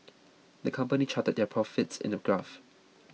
the company charted their profits in a graph